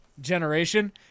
generation